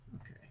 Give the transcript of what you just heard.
Okay